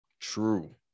True